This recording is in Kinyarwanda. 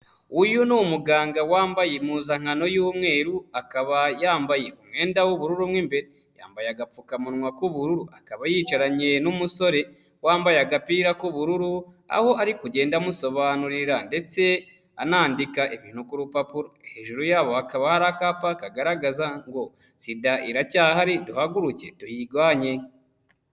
Uyu ni umuganga wambaye impuzankano y'umweru, akaba yambaye umwenda w'ubururu mo imbere yambaye agapfukamunwa k'ubururu akaba yicaranye n'umusore wambaye agapira k'ubururu, aho ari kugenda amusobanurira ndetse anandika ibintu ku rupapuro, hejuru ya bo hakaba hari akapa kagaragaza ngo SIDA iracyahari duhaguruke tuyigabanye.